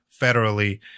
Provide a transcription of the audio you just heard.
federally